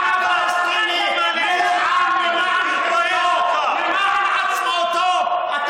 העם הפלסטיני נלחם למען דמותו, למען עצמאותו.